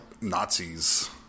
Nazis